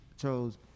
chose